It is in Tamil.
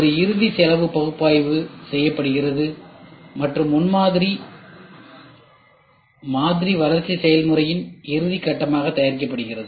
ஒரு இறுதி செலவு பகுப்பாய்வு செய்யப்படுகிறது மற்றும் முன்மாதிரி மாதிரி வளர்ச்சி செயல்முறையின் இறுதி கட்டமாக தயாரிக்கப்படுகிறது